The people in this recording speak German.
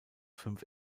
fünf